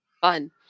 Fun